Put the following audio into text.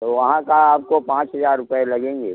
तो वहाँ का आपको पाँच हज़ार रुपये लगेंगे